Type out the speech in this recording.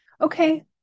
Okay